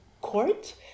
court